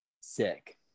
Sick